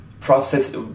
process